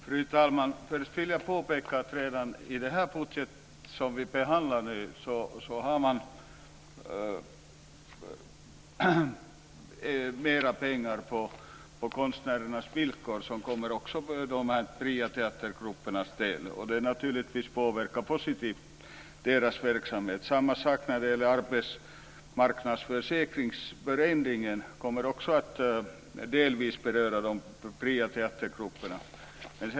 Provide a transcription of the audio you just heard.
Fru talman! Först vill jag påpeka att i den budget vi behandlar nu finns det mera pengar på konstnärernas villkor som också kommer de fria teatergrupperna till del. Det påverkar deras verksamhet positivt. Samma sak gäller förändringen i arbetsmarknadsförsäkringen. Den kommer delvis att beröra de fria teatergrupperna.